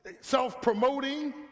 self-promoting